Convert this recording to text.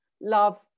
love